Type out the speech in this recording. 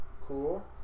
cool